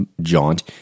jaunt